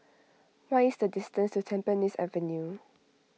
what is the distance to Tampines Avenue